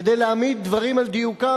כדי להעמיד דברים על דיוקם,